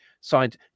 signed